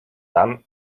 dann